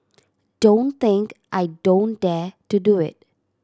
don't think I don't dare to do it